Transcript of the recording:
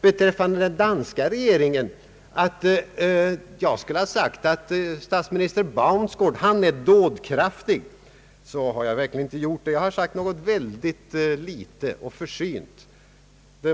Beträffande utrikesministerns påstående att jag skulle ha sagt att statsminister Baunsgaard är dådkraftig vill jag framhålla att jag inte uttryckt mig så. Jag har gjort ett mycket försynt uttalande.